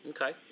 Okay